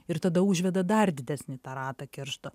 ir tada užveda dar didesnį tą ratą keršto